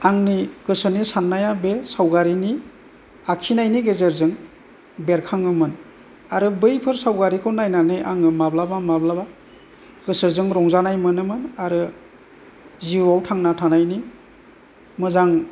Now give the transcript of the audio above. आंनि गोसोनि सान्नाया बे सावगारिनि आखिनायनि गेजेरजों बेरखाङोमोन आरो बैफोर सावगारिखौ नायनानै आङो माब्लाबा माब्लाबा गोसोजों रंजानाय मोनोमोन आरो जिउआव थांना थानायनि मोजां